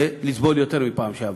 ולסבול יותר מהפעם שעברה.